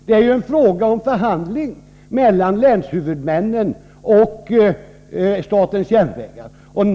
Det är en fråga om förhandlingar mellan länshuvudmännen och statens järnvägar.